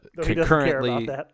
Concurrently